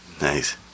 Nice